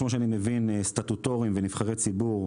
כמו שאני מבין סטטוטוריים ונבחרי ציבור,